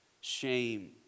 shame